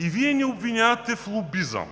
а Вие ни обвинявате в лобизъм.